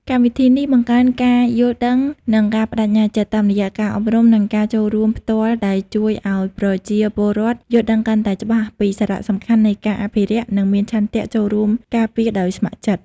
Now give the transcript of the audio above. កម្មវិធីនេះបង្កើនការយល់ដឹង និងការប្ដេជ្ញាចិត្ត តាមរយៈការអប់រំ និងការចូលរួមផ្ទាល់ ដែលជួយឱ្យប្រជាពលរដ្ឋយល់ដឹងកាន់តែច្បាស់ពីសារៈសំខាន់នៃការអភិរក្ស និងមានឆន្ទៈចូលរួមការពារដោយស្ម័គ្រចិត្ត។